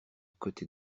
côté